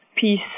Peace